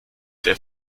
der